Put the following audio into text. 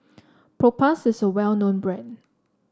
Propass is a well known brand